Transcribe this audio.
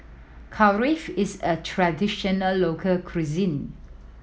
Kulfi is a traditional local cuisine